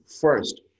first